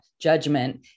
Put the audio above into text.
judgment